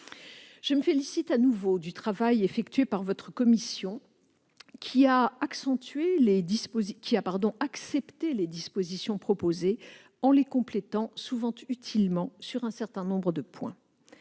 Je me félicite de nouveau du travail effectué par votre commission, qui a accepté les dispositions proposées en les complétant souvent utilement sur un certain nombre de points.